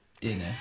dinner